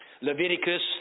Leviticus